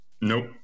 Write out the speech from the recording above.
nope